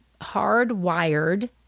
hardwired